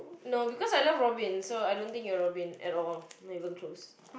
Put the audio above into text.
no because I love Robin so I don't think you are Robin at all not even close